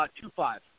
Two-five